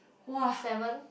seven